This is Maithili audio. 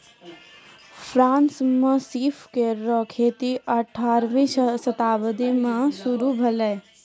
फ्रांस म सीप केरो खेती अठारहवीं शताब्दी में शुरू भेलै